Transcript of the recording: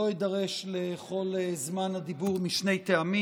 לא אידרש לכל זמן הדיבור, משני טעמים.